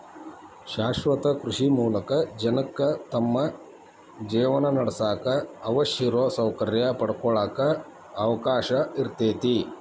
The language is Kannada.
ಶಾಶ್ವತ ಕೃಷಿ ಮೂಲಕ ಜನಕ್ಕ ತಮ್ಮ ಜೇವನಾನಡ್ಸಾಕ ಅವಶ್ಯಿರೋ ಸೌಕರ್ಯ ಪಡ್ಕೊಳಾಕ ಅವಕಾಶ ಇರ್ತೇತಿ